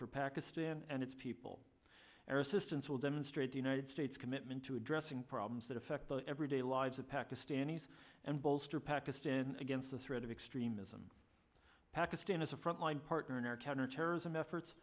for pakistan and its people their assistance will demonstrate the united states commitment to addressing problems that affect the everyday lives of pakistanis and bolster pakistan against the threat of extremism pakistan is a frontline partner in our counterterrorism efforts